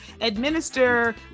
administer